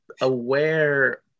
aware